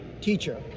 teacher